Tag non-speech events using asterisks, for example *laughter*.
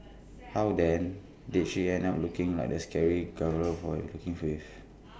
*noise* how then did she end up looking like the scary gargoyle for you looking for with